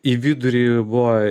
į vidurį buvo